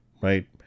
right